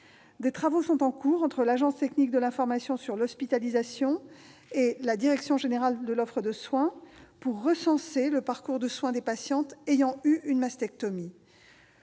Des travaux sont en cours entre l'Agence technique de l'information sur l'hospitalisation et la Direction générale de l'offre de soins pour recenser le parcours de soins des patientes ayant eu une mastectomie.